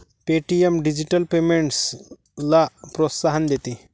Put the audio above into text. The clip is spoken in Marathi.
पे.टी.एम डिजिटल पेमेंट्सला प्रोत्साहन देते